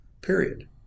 period